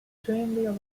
extremely